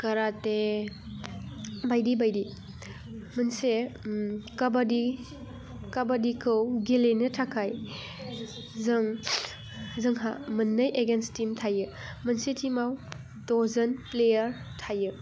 karate बायदि बायदि मोनसे काबादिखौ गेलेनो थाखाय जों जोंहा मोननै एगेनस्ट टिम थायो मोनसे टिमाव द'जोन प्लेयार थायो